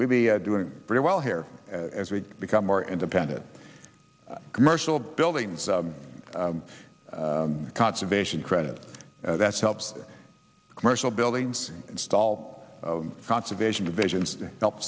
we'd be doing very well here as we become more independent commercial buildings conservation credit that's helps commercial buildings install conservation divisions to help